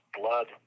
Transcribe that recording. blood